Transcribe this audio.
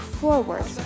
forward